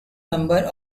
member